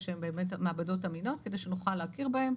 שהן באמת מעבדות אמינות כדי שנוכל להכיר בהן.